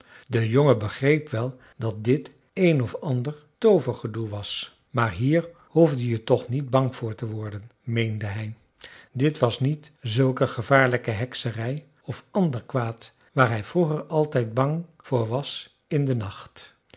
de jongen begreep wel dat dit een of ander toovergedoe was maar hier hoefde je toch niet bang voor te worden meende hij dit was niet zulke gevaarlijke hekserij of ander kwaad waar hij vroeger altijd bang voor was in den nacht